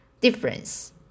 difference